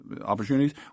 opportunities